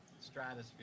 stratosphere